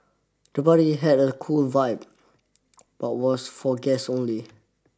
the party had a cool vibe but was for guests only